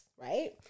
right